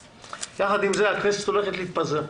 יחד עם זה, הכנסת הולכת להתפזר,